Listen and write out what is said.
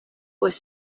was